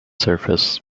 surface